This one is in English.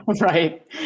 right